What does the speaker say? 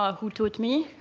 ah who taught me,